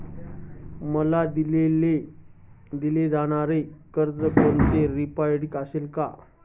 मला दिले जाणारे कर्ज हे कोणत्या पिरियडचे असेल?